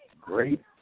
great